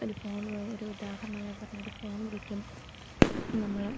ഒരു ഫോൺ വഴി ഒരു ഉദാഹരണമായി പറഞ്ഞാല് ഒരു ഫോൺ വിളിക്കും നമ്മള്